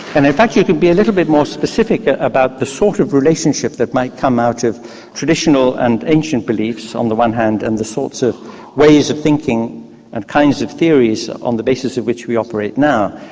and in fact you can be a little bit more specific about the sort of relationship that might come out of traditional and ancient beliefs on the one hand and the sorts of ways of thinking and kinds of theories on the basis of which we operate now.